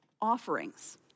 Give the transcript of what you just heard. offerings